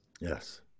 Yes